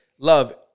Love